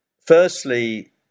firstly